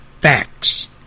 facts